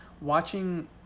watching